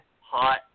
Hot